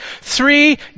three